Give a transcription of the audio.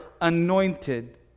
anointed